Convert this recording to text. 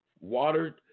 watered